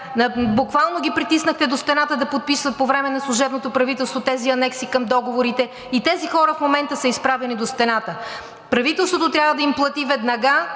Буквално ги притиснахте до стената да подписват по време на служебното правителство тези анекси към договорите и тези хора в момента са изправени до стената. Правителството трябва да им плати веднага